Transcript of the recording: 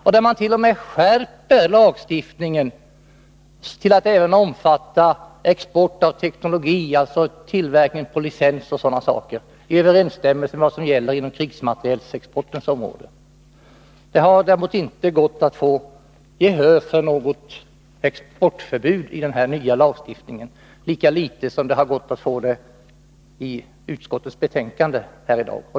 Man vill t.o.m. skärpa lagstiftningen till att även omfatta export av teknologi, alltså tillverkning på licens och sådana saker, i överensstämmelse med vad som gäller inom krigsmaterielexportens område. Det har däremot inte gått att få gehör för något exportförbud i den nya lagstiftningen, lika litet som det har gått att få det i utskottets betänkande.